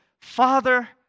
Father